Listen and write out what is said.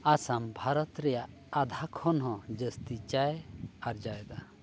ᱟᱥᱟᱢ ᱵᱷᱟᱨᱚᱛ ᱨᱮᱭᱟᱜ ᱟᱫᱷᱟ ᱠᱷᱚᱱ ᱦᱚᱸ ᱡᱟᱹᱥᱛᱤ ᱪᱟᱭ ᱟᱨᱡᱟᱣᱮᱫᱟ